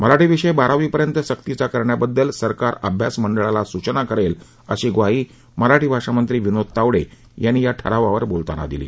मराठी विषय बारावी पर्यंत सक्तीचा करण्याबद्दल सरकार अभ्यास मंडळाला सूचना करेल अशी ग्वाही मराठी भाषा मंत्री विनोद तावडे यांनी या ठरावावर बोलताना दिली